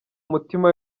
umutima